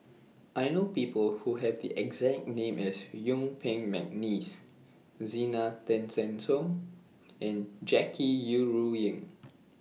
I know People Who Have The exact name as Yuen Peng Mcneice Zena Tessensohn and Jackie Yi Ru Ying